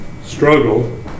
struggle